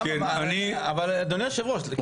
אבל אדוני היושב ראש,